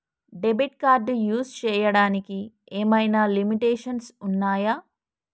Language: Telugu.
డెబిట్ కార్డ్ యూస్ చేయడానికి ఏమైనా లిమిటేషన్స్ ఉన్నాయా?